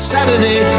Saturday